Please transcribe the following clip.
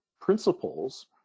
principles